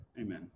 Amen